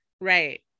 right